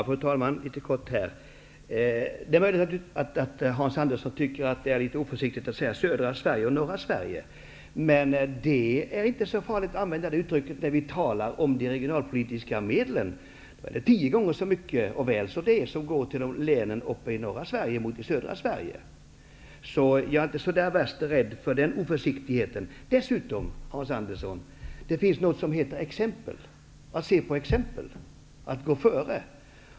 Fru talman! Det är möjligt att Hans Andersson tycker att det är oförsiktigt att säga ''södra Sverige'' och ''norra Sverige''. Men det är inte så farligt att använda de uttrycken när man talar om de regionalpolitiska medlen. Tio gånger så mycket pengar går till de norra länen som till södra Sverige. Jag är inte så värst rädd för den oförsiktigheten. Dessutom, Hans Andersson, finns det något som heter exempel och att kunna gå före.